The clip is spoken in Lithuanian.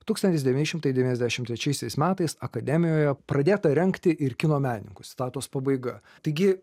tūkstantis devyni šimtai devyniasdešim trečiaisiais metais akademijoje pradėta rengti ir kino menininkų citatos pabaiga taigi